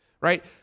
right